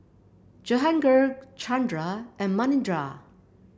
Jehangirr Chandra and Manindra